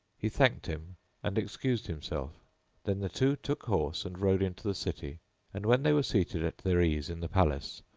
he thanked him and excused himself then the two took horse and rode into the city and, when they were seated at their ease in the palace,